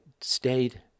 stayed